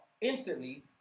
instantly